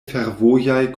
fervojaj